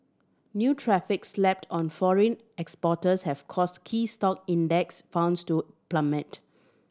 new tariffs slapped on foreign exporters have caused key stock Index Funds to plummet